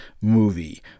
movie